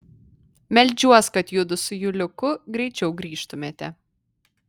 meldžiuos kad judu su juliuku greičiau grįžtumėte